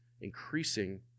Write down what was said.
increasing